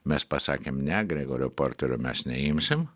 mes pasakėm ne gorio porterio mes neimsim